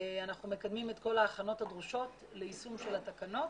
אנחנו מקדמים את כל ההכנות הדרושות ליישום התקנות